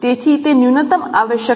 તેથી તે ન્યૂનતમ આવશ્યકતા છે